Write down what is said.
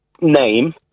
name